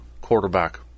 quarterback